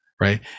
right